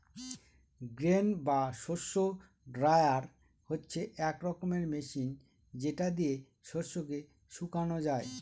grain বা শস্য dryer হচ্ছে এক রকমের মেশিন যেটা দিয়ে শস্যকে শুকানো যায়